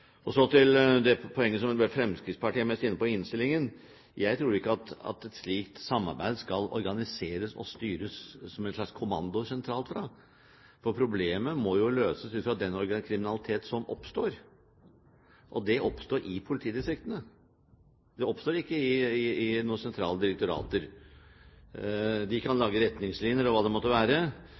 distriktene. Så til det poenget som for det meste Fremskrittspartiet var inne på i innstillingen. Jeg tror ikke at et slikt samarbeid skal organiseres og styres som en slags kommando fra sentralt hold. Problemet må løses ut fra den organiserte kriminalitet som oppstår, og den oppstår i politidistriktene. Den oppstår ikke i noen sentrale direktorater. De kan lage retningslinjer og hva det måtte være